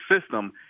system